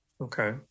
Okay